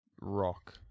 rock